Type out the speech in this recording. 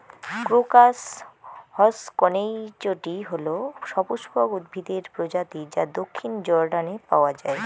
crocus হসকনেইচটি হল সপুষ্পক উদ্ভিদের প্রজাতি যা দক্ষিণ জর্ডানে পাওয়া য়ায়